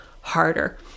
harder